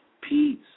peace